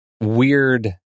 weird